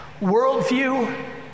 worldview